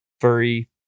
furry